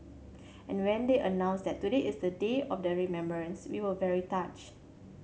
and when they announced that today is the day of the remembrance we were very touched